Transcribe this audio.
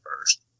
first